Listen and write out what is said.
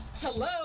Hello